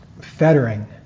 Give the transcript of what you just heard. Fettering